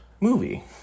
movie